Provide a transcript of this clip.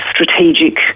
strategic